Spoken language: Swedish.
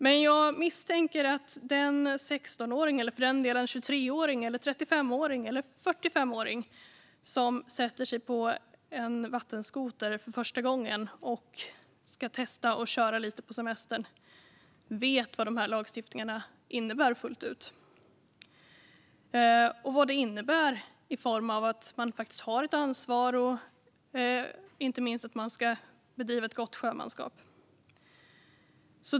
Men jag misstänker att den 16åring - eller 23-åring, 35-åring eller 45-åring - som sätter sig på en vattenskoter för första gången och ska testa att köra lite på semestern inte fullt ut vet vad lagstiftningarna innebär och vad det innebär i form av ansvar och gott sjömanskap.